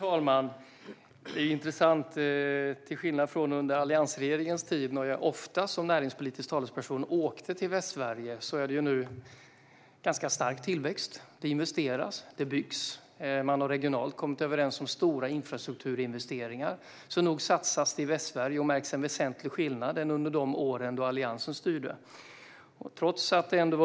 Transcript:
Fru talman! Till skillnad från under alliansregeringens tid, då jag ofta åkte till Västsverige som näringspolitisk talesperson, är det nu ganska stark tillväxt. Det investeras och byggs. Man har regionalt kommit överens om stora infrastrukturinvesteringar. Nog satsas det i Västsverige. Det märks en väsentlig skillnad jämfört med de år då Alliansen styrde.